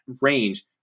range